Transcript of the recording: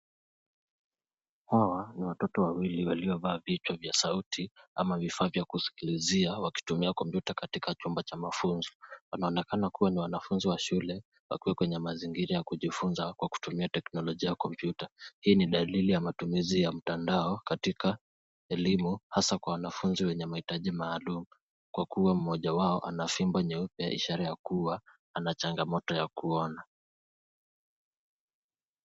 Hawa, ni watoto wawili waliovaa vichwa vya sauti, ama vifaa vya kusikilizia, wakitumia kompyuta katika chumba cha mafunzo. Wanaonekana kuwa ni wanafunzi wa shule, wakiwa kwenye mazingira ya kujifunza, kwa kutumia teknolojia ya kompyuta. Hii ni dalili ya matumizi ya mtandao, katika elimu, hasaa kwa wanafunzi wenye mahitaji maalum, kwa kuwa mmoja wao anafimbo nyeupe, ya ishara ya kuwa, ana changamoto ya kuona.